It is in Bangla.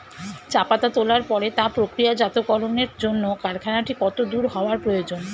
চা পাতা তোলার পরে তা প্রক্রিয়াজাতকরণের জন্য কারখানাটি কত দূর হওয়ার প্রয়োজন?